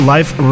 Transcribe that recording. Life